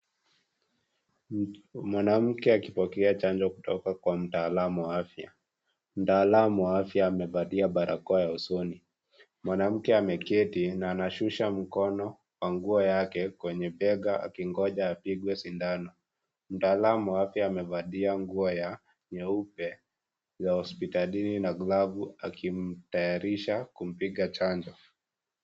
Mwanamke akipokea chanjo kutoka kwa mtaalamu wa afya . Mtaalamu wa afya amevalia barakoa ya usoni . Mwanamke ameketi na anashusha mkono wa nguo yake kwenye bega akingoja apigwe sindano . Mtaalamu wa afya amevalia nguo ya nyeupe ya hospitalini na glavu akimtayarisha kumpiga chanjo.